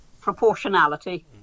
proportionality